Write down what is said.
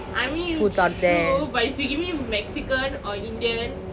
I mean true but if you give me mexican or indian